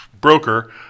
broker